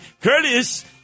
Curtis